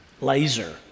laser